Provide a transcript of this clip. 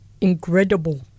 incredible